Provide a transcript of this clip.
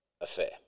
affair